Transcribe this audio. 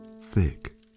thick